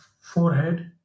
forehead